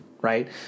right